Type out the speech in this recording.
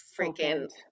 freaking